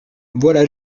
voilà